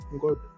good